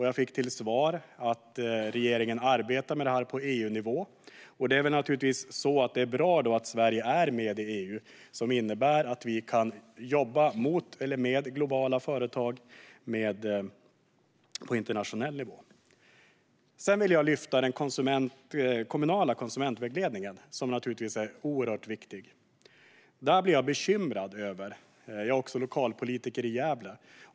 Jag fick till svar att regeringen arbetar med det på EU-nivå. Det är bra att Sverige är med i EU. Det innebär att vi kan jobba mot eller med globala företag på internationell nivå. Sedan vill jag lyfta den kommunala konsumentvägledningen, som är oerhört viktig. Där blir jag bekymrad. Jag är också lokalpolitiker i Gävle.